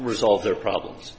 resolve their problems